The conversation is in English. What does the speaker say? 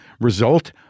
result